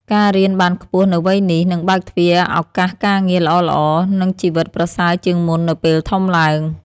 ការរៀនបានខ្ពស់នៅវ័យនេះ នឹងបើកទ្វារឱកាសការងារល្អៗ និងជីវិតប្រសើរជាងមុននៅពេលធំឡើង ។